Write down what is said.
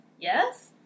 yes